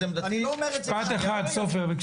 אז עמדתי --- משפט אחד, סופר.